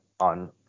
On